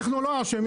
אנחנו לא אשמים,